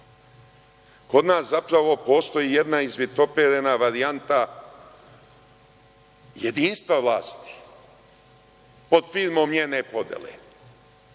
Kod nas zapravo postoji jedna izvitoperena varijanta jedinstva vlasti pod prizmom njene podele